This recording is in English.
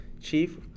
Chief